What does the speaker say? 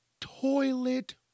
toilet